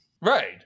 Right